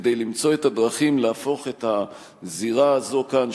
כדי למצוא את הדרכים להפוך את הזירה הזאת כאן,